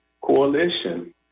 coalition